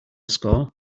score